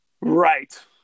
Right